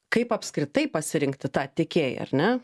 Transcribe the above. kaip apskritai pasirinkti tą tiekėją ar ne